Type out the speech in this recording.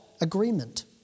Agreement